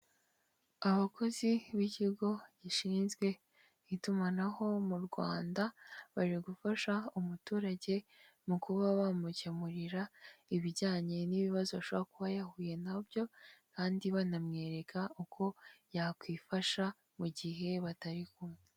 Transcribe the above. Abakozi b'ikigo gishinzwe itumanaho mu Rwanda, bari gufasha umuturage mu kuba bamukemurira ibijyanye n'ibibazo ashobora kuba yahuye na byo kandi banamwereka uko yakwifasha mu gihe batari kumwe.